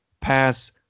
pass